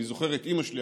אני זוכר את אימא שלי,